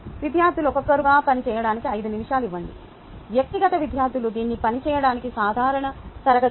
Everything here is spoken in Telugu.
విద్యార్థులు ఒక్కొక్కరుగా పని చేయడానికి 5 నిమిషాలు ఇవ్వండి వ్యక్తిగత విద్యార్థులు దీన్ని పని చేయడానికి సాధారణ తరగతి గది